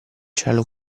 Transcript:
cielo